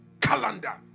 calendar